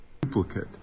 Duplicate